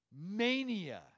mania